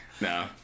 No